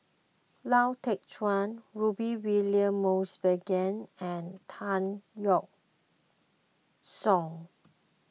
Lau Teng Chuan Rudy William Mosbergen and Tan Yeok Seong